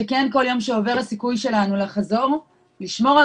שכן כל יום שעובר הסיכוי שלנו לחזור לשמור על